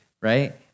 right